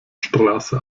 straße